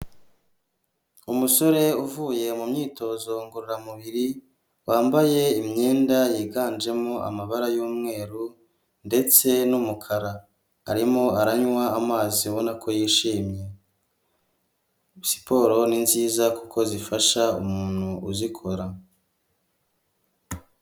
Umusore uvuye mu myitozo ngororamubiri wambaye imyenda yiganjemo amabara y'umweru ndetse n'umukara arimo aranywa amazi abona ko yishimye siporo ni nziza kuko zifasha umuntu uzikora.